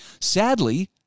Sadly